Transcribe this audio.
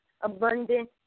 abundant